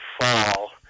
fall